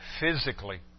physically